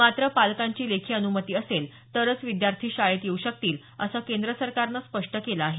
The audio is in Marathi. मात्र पालकांची लेखी अनुमती असेल तरच विद्यार्थी शाळेत येऊ शकतील असं केंद्र सरकारनं स्पष्ट केलं आहे